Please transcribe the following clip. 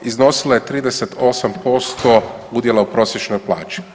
Iznosila je 38% udjela u prosječnoj plaći.